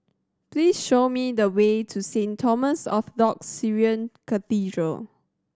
please show me the way to Saint Thomas Orthodox Syrian Cathedral